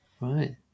Right